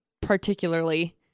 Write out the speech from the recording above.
particularly